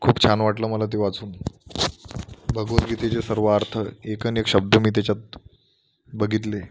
खूप छान वाटलं मला ते वाचून भगवद्गीतेचे सर्व अर्थ एक न् एक शब्द मी त्याच्यात बघितले